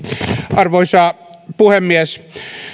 arvoisa puhemies